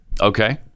Okay